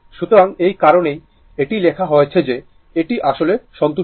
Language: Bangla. সুতরাং এই কারণেই এটি লেখা হয়েছে যে এটি আসলে সন্তুষ্ট